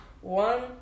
One